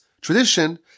tradition